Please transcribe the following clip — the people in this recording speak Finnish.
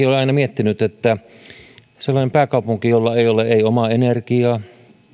olen aina miettinyt jotenkin niin että se on sellainen pääkaupunki jolla ei ole omaa energiaa